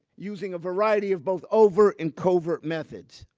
using a variety of both overt and covert methods.